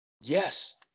Yes